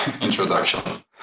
introduction